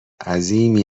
عظیمی